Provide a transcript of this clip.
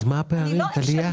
אז מה הפערים, טליה?